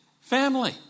family